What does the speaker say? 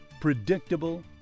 predictable